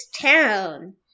town